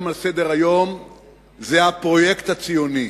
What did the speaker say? זה הפרויקט הציוני.